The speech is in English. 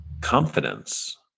confidence